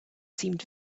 seemed